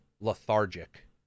lethargic